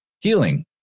healing